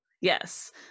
yes